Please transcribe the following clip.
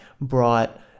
brought